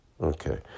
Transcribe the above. Okay